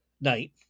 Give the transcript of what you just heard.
night